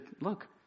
look